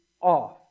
off